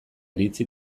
iritzi